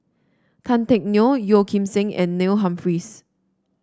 Tan Teck Neo Yeo Kim Seng and Neil Humphreys